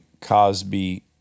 Cosby